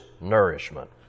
nourishment